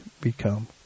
become